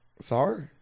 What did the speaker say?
Sorry